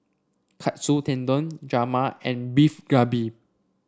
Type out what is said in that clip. Katsu Tendon Rajma and Beef Galbi